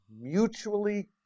mutually